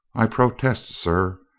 i protest, sir,